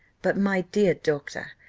but, my dear doctor,